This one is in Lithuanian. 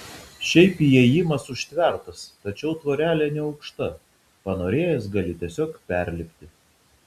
šiaip įėjimas užtvertas tačiau tvorelė neaukšta panorėjęs gali tiesiog perlipti